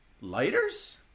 Lighters